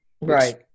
right